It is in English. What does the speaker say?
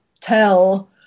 tell